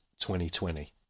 2020